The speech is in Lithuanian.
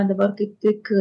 dabar kaip tik